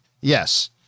Yes